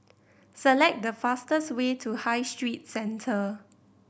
select the fastest way to High Street Centre